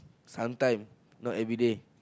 sometime not everyday